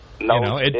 No